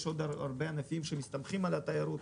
יש עוד הרבה ענפים שמסתמכים על התיירות,